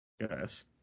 yes